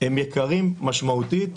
הם יקרים משמעותית,